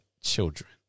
children